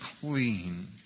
clean